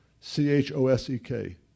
C-H-O-S-E-K